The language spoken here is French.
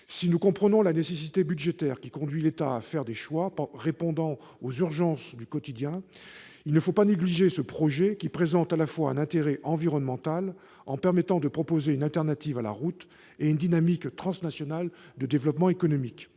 Si nous comprenons la nécessité budgétaire qui conduit l'État à faire des choix répondant aux urgences du quotidien, il ne faut pas négliger ce projet qui présente à la fois un intérêt environnemental, en permettant de proposer une alternative à la route, et une dynamique transnationale de développement économique.